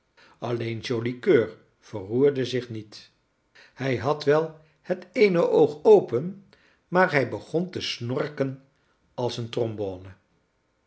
alleen joli coeur verroerde zich niet hij had wel het eene oog open maar hij begon te snorken als een trombône